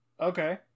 Okay